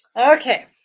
okay